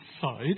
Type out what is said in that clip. side